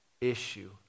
issue